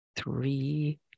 Three